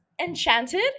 Enchanted